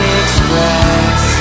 express